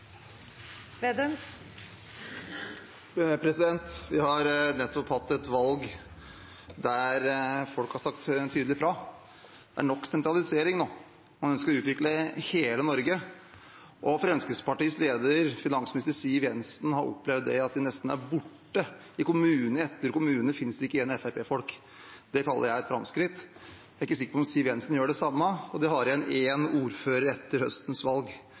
Vi har nettopp hatt et valg der folk har sagt tydelig fra – det er nok sentralisering nå, man ønsker å utvikle hele Norge. Fremskrittspartiets leder, finansminister Siv Jensen, har opplevd at de nesten er borte – i kommune etter kommune finnes det ikke Fremskrittsparti-folk igjen. Det kaller jeg et framskritt. Jeg er ikke sikker på om Siv Jensen gjør det samme. De har igjen én ordfører etter høstens valg,